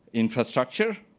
infrastructure,